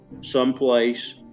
someplace